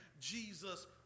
Jesus